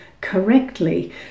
correctly